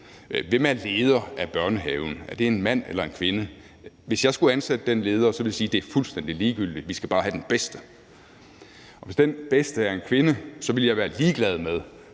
Hvem er leder af børnehaven? Er det en mand eller en kvinde? Hvis jeg skulle ansætte den leder, ville jeg sige: Det er fuldstændig ligegyldigt, vi skal bare have den bedste. Og hvis den bedste er en kvinde, ville jeg være ligeglad med,